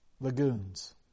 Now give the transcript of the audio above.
lagoons